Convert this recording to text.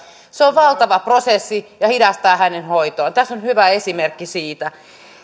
se on valtava prosessi ja hidastaa hänen hoitoaan tässä on hyvä esimerkki siitä